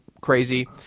crazy